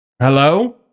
Hello